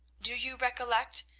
do you recollect,